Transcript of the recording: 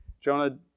Jonah